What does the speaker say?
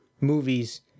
movies